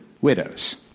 widows